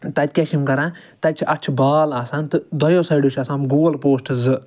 تَتہِ کیٛاہ چھِ یِم کَران تَتہِ چھِ اتھ چھِ بال آسان تہٕ دۄیو سایڈو چھِ آسان گول پوسٹہٕ زٕ